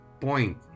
point